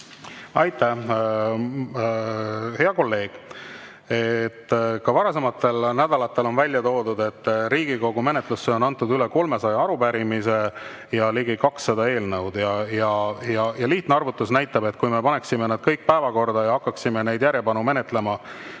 Aitäh! Hea kolleeg! Ka varasematel nädalatel on välja toodud, et Riigikogu menetlusse on antud üle 300 arupärimise ja ligi 200 eelnõu. Lihtne arvutus näitab, et kui me paneksime need kõik päevakorda ja hakkaksime neid järjepanu menetlema,